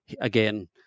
again